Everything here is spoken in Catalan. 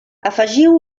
afegiu